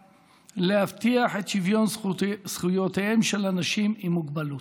להבטיח את שוויון זכויותיהם של אנשים עם מוגבלות.